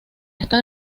esta